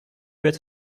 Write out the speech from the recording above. être